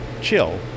chill